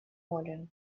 морем